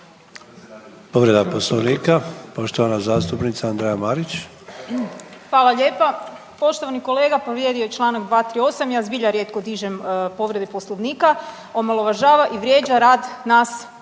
Povreda Poslovnika, poštovana zastupnica Andreja Marić. **Marić, Andreja (SDP)** Fala lijepo. Poštovani kolega povrijedio je čl. 238., ja zbilja rijetko dižem povrede Poslovnika, omalovažava i vrijeđa rad nas u oporbi.